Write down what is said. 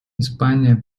испания